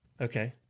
Okay